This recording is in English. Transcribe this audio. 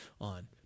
on